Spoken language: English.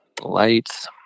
lights